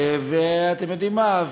ואתם יודעים מה?